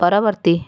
ପରବର୍ତ୍ତୀ